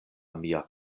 mia